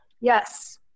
Yes